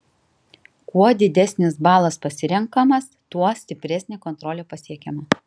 kuo didesnis balas pasirenkamas tuo stipresnė kontrolė pasiekiama